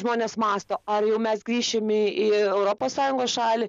žmonės mąsto ar jau mes grįšim į į europos sąjungos šalį